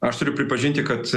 aš turiu pripažinti kad